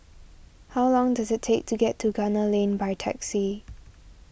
how long does it take to get to Gunner Lane by taxi